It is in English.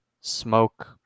Smoke